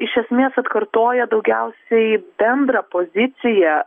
iš esmės atkartoja daugiausiai bendrą poziciją